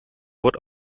wort